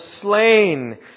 slain